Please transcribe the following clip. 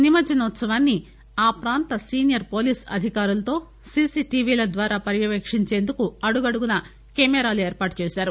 నిమజ్లనోత్సవాన్ని ఆ ప్రాంత సీనియర్ పోలీసులు అధికారులతో సీసీటీవీ ల ద్వారా పర్యవేక్షించేందుకు అడుగడుగునా కెమెరాలను ఏర్పాటు చేశారు